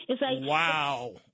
Wow